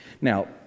Now